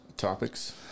Topics